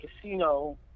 casino